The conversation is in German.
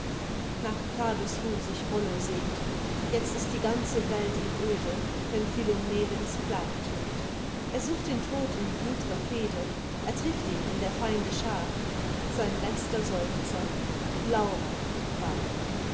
nach grabesruh sich rollo sehnt jetzt ist die ganze welt ihm öde wenn philomelens klage tönt er sucht den tod in blut'ger fehde er trifft ihn in der feinde schaar sein letzter seufer laura war